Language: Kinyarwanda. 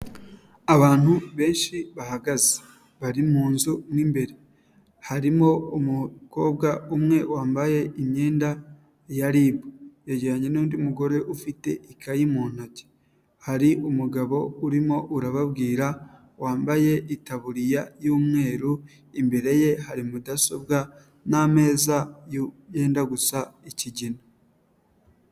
Abantu benshi bahagaze bari mu nzu mo imbere, harimo umukobwa umwe wambaye imyenda ya RIB yageranye n'undi mugore ufite ikayi mu ntoki, hari umugabo urimo urababwira wambaye itaburiya y'umweru, imbere ye hari mudasobwa n'ameza yenda gusa ikigina.